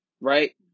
right